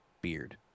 beard